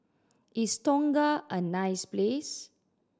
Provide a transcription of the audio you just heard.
is Tonga a nice place